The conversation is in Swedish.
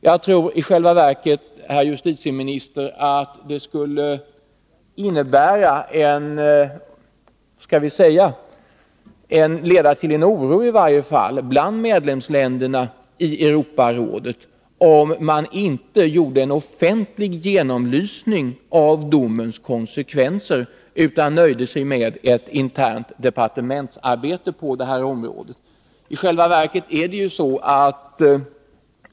Jag tror i själva verket, herr justitieminister, att det skulle leda till en oro bland medlemsländerna i Europarådet om det inte blev en offentlig genomlysning av domens konsekvenser utan man nöjde sig med ett internt departementsarbete.